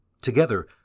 Together